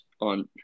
on